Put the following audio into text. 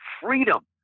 freedom